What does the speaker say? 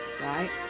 right